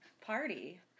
party